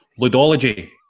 ludology